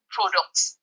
products